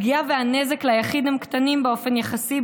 הפגיעה והנזק ליחיד הם קטנים באופן יחסי,